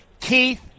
Keith